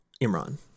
Imran